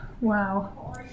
Wow